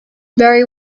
very